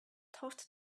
thought